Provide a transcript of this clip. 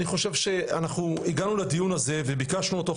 אני חושב שאנחנו הגענו לדיון הזה וביקשנו אותו,